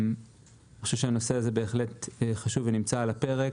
אני חושב שהנושא הזה בהחלט חשוב ונמצא על הפרק.